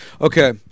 okay